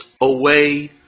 away